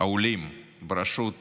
העולים בראשות